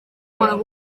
mal